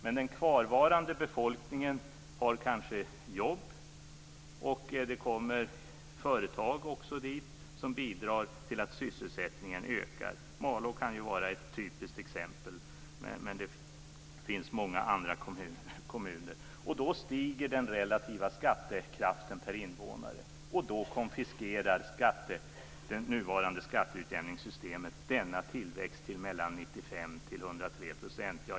Men den kvarvarande befolkningen har kanske jobb, och det kommer också företag dit som bidrar till att sysselsättningen ökar - Malå kan ju vara ett typiskt exempel, men det finns många andra kommuner - och då stiger den relativa skattekraften per invånare, och då konfiskerar det nuvarande skatteutjämningssystemet denna tillväxt till 95-103 %.